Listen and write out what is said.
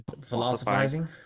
Philosophizing